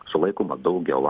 sulaikoma daugiau